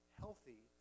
healthy